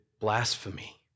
blasphemy